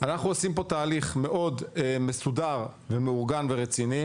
אנחנו עושים פה תהליך מאוד מסודר ומאורגן ורציני,